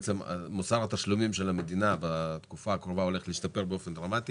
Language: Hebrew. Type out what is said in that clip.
מוסר התשלומים של המדינה בתקופה הקרובה הולך להשתפר באופן דרמטי